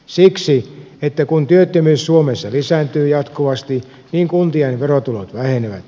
siksi että kun työttömyys suomessa lisääntyy jatkuvasti niin kuntien verotulot vähenevät